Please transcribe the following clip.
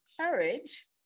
courage